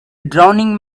drowning